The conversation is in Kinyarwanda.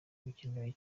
bikenewe